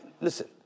listen